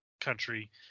country